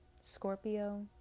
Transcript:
Scorpio